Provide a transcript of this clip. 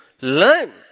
learn